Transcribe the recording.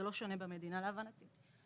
להבנתי במדינה זה לא שונה.